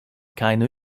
keine